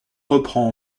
reprend